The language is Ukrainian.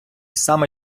саме